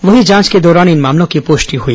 वहीं जांच के दौरान इन मामलों की पुष्टि हुई